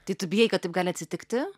tai tu bijai kad taip gali atsitikti